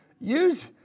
Use